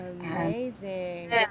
Amazing